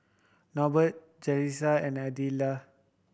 Norbert Jasiah and Adella